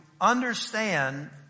understand